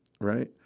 right